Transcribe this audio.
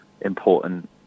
important